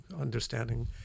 understanding